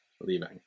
leaving